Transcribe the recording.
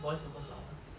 boys over flowers